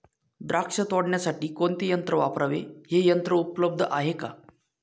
द्राक्ष तोडण्यासाठी कोणते यंत्र वापरावे? हे यंत्र उपलब्ध आहे का?